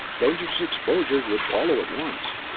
dangerous exposures would follow at once.